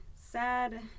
sad